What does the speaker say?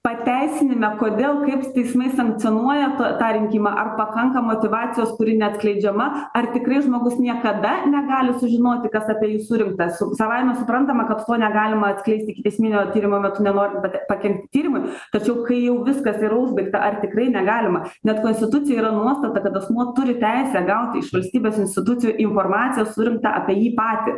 pateisinimą kodėl kaip teismai sankcionuoja tą rinkimą ar pakanka motyvacijos kuri neatskleidžiama ar tikrai žmogus niekada negali sužinoti kas apie jį surinkta savaime suprantama kad ko negalima atskleisti ikiteisminio tyrimo metu nenorint pakenkti tyrimui tačiau kai jau viskas yra užbaigta ar tikrai negalima net konstitucijoje yra nuostata kad asmuo turi teisę gauti iš valstybės institucijų informaciją surinktą apie jį patį